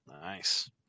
Nice